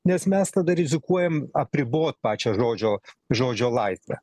nes mes tada rizikuojam apribot pačią žodžio žodžio laisvę